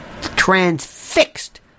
transfixed